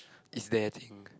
it's their thing